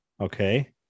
Okay